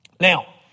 Now